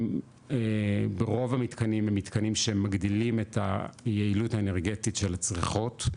רוב המתקנים הם מתקנים שמגדילים את היעילות האנרגטית של הצריכות,